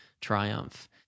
triumph